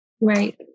Right